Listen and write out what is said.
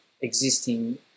existing